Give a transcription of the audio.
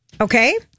Okay